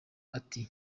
ati